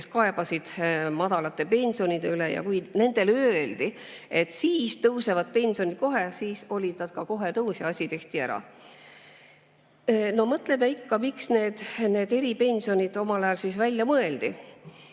kes kaebasid madalate pensionide üle, ja kui nendele öeldi, et pensionid tõusevad, siis olid nad kohe nõus ja asi tehti ära. Mõtleme ikka, miks need eripensionid omal ajal välja mõeldi.